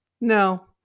no